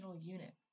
unit